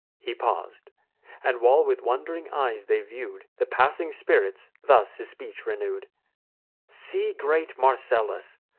he paus'd and, while with wond'ring eyes they view'd the passing spirits, thus his speech renew'd see great marcellus!